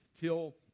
till